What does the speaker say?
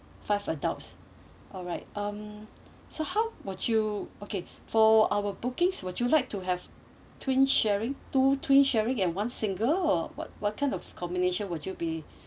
five adults alright um so how would you okay for our bookings would you like to have twin sharing two twin sharing and one single uh what what kind of combination would you be